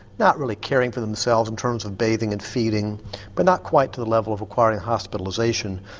not really caring for themselves in terms of bathing and feeding but not quite to the level of requiring hospitalisation,